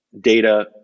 data